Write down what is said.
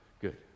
Good